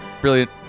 Brilliant